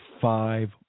five